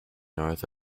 north